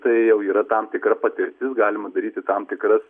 tai jau yra tam tikra patirtis galima daryti tam tikras